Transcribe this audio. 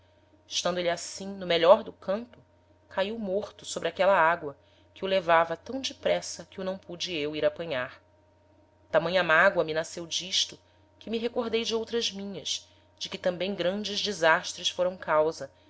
estando êle assim no melhor do canto caiu morto sobre aquela ágoa que o levava tam depressa que o não pude eu ir apanhar tamanha mágoa me nasceu d'isto que me recordei de outras minhas de que tambem grandes desastres foram causa